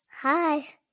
Hi